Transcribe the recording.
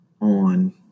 on